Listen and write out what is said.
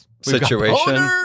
situation